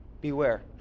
Beware